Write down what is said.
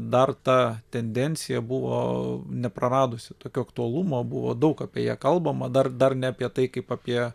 dar ta tendencija buvo nepraradusi tokio aktualumo buvo daug apie ją kalbama dar dar ne apie tai kaip apie